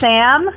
Sam